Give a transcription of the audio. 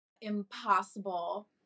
impossible